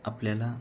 आपल्याला